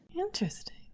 Interesting